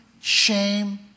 shame